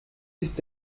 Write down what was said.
ist